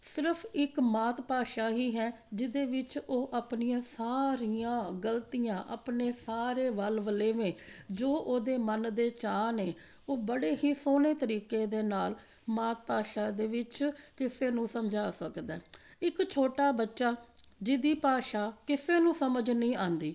ਸਿਰਫ ਇੱਕ ਮਾਤ ਭਾਸ਼ਾ ਹੀ ਹੈ ਜਿਹਦੇ ਵਿੱਚ ਉਹ ਆਪਣੀਆਂ ਸਾਰੀਆਂ ਗਲਤੀਆਂ ਆਪਣੇ ਸਾਰੇ ਵੱਲ ਵਲੇਵੇ ਜੋ ਉਹਦੇ ਮਨ ਦੇ ਚਾਅ ਨੇ ਉਹ ਬੜੇ ਹੀ ਸੋਹਣੇ ਤਰੀਕੇ ਦੇ ਨਾਲ ਮਾਤ ਭਾਸ਼ਾ ਦੇ ਵਿੱਚ ਕਿਸੇ ਨੂੰ ਸਮਝਾ ਸਕਦਾ ਇੱਕ ਛੋਟਾ ਬੱਚਾ ਜਿਹਦੀ ਭਾਸ਼ਾ ਕਿਸੇ ਨੂੰ ਸਮਝ ਨਹੀਂ ਆਉਂਦੀ